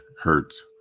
hertz